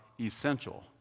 essential